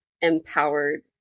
empowered